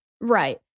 Right